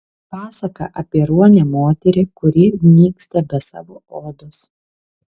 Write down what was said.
pasaka apie ruonę moterį kuri nyksta be savo odos